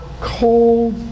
cold